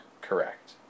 Correct